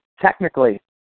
technically